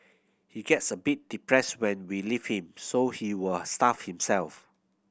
he gets a bit depressed when we leave him so he will starve himself